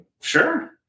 Sure